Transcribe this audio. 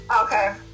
Okay